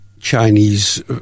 Chinese